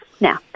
Now